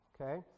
okay